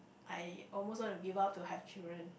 I almost want to give up to have children